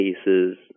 cases